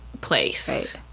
place